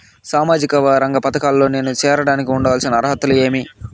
సామాజిక రంగ పథకాల్లో నేను చేరడానికి ఉండాల్సిన అర్హతలు ఏమి?